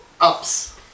Ups